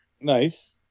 Nice